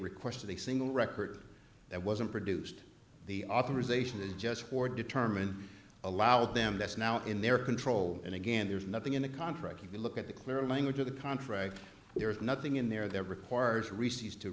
requested a single record that wasn't produced the authorization is just for determine allow them that's now in their control and again there's nothing in a contract you can look at the clear language of the contract there's nothing in there that requires